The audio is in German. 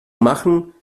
machen